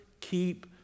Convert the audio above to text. keep